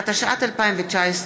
התשע"ט 2019,